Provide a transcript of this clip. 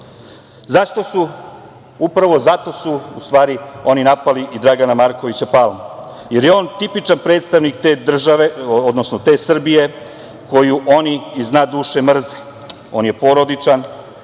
plebs. Upravo zato su oni napali i Dragana Markovića Palmu, jer je on tipičan predstavnik te države, odnosno te Srbije koju oni iz dna duše mrze. On je porodičan,